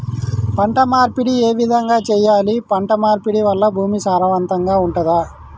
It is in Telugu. పంట మార్పిడి ఏ విధంగా చెయ్యాలి? పంట మార్పిడి వల్ల భూమి సారవంతంగా ఉంటదా?